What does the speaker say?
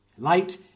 Light